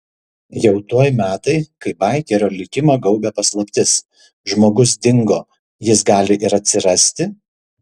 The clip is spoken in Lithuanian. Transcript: jau tuoj metai kai baikerio likimą gaubia paslaptis žmogus dingo jis gali ir atsirasti